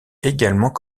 également